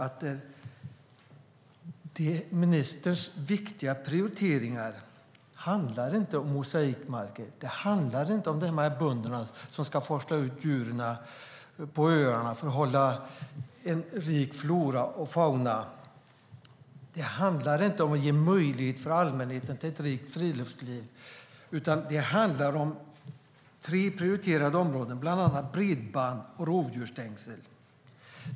Till ministerns viktiga prioriteringar hör inte mosaikmarker eller dessa bönder som ska forsla ut djur på öarna för att hålla en rik flora och fauna levande. De handlar inte om att ge allmänheten möjlighet till ett rikt friluftsliv. I stället handlar ministerns prioriteringar om bland annat bredband och rovdjursstängsel.